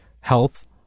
health